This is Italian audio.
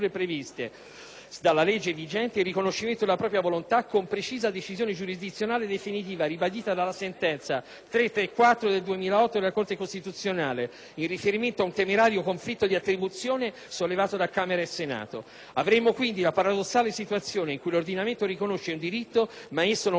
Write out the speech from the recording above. dalla legge vigente, il riconoscimento della propria volontà con decisione giurisdizionale definitiva, ribadita dalla sentenza n. 334 del 2008 della Corte costituzionale in riferimento ad un temerario conflitto di attribuzione sollevato da Camera e Senato. Avremmo, quindi, la paradossale situazione in cui l'ordinamento riconosce un diritto ma esso non può essere esercitato,